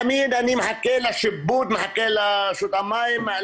תמיד אני מחכה לרשות המים.